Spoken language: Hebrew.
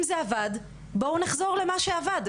אם זה עבד, בואו נחזור למה שעבד.